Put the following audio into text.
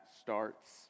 starts